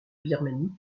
birmanie